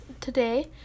Today